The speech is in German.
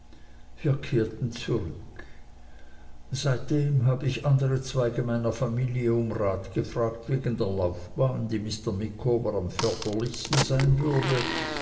wir kehrten zurück seitdem habe ich andre zweige meiner familie um rat gefragt wegen der laufbahn die mr micawber am förderlichsten sein würde